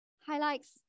highlights